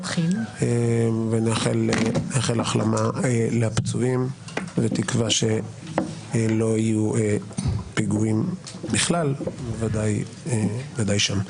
ונאחל החלמה לפצועים ותקווה שלא יהיו פיגועים בכלל וודאי שם.